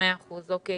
בסדר גמור.